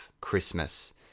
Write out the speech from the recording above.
Christmas